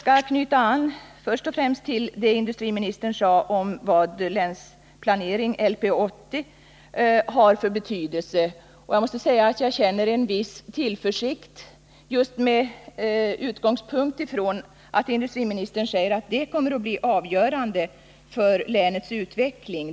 Jag kanske först skall knyta an till vad industriministern sade om den betydelse som Länsplanering 80 har. Jag känner en viss tillförsikt just därför att industriministern säger att den kommer att bli avgörande för länets utveckling.